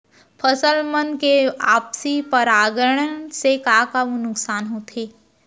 फसल मन के आपसी परागण से का का नुकसान होथे?